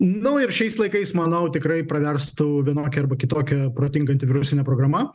nu ir šiais laikais manau tikrai praverstų vienokia arba kitokia protinga antivirusinė programa